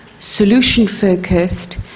solution-focused